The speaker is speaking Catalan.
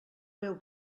meu